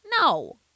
No